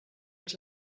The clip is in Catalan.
els